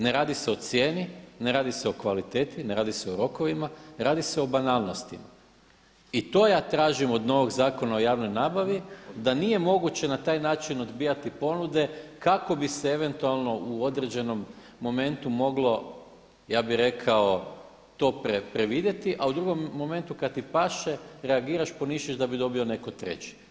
Ne radi se o cijeni, ne radi se o kvaliteti, ne radi se o rokovima, ne radi se o banalnostima i to ja tražim od novog Zakona o javnoj nabavi da nije moguće na taj način odbijati ponude kako bi se eventualno u određenom momentu moglo, ja bih rekao, to previdjeti, a u drugom momentu kada ti paše reagiraš pa misliš da bi dobio netko treći.